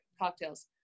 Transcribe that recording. cocktails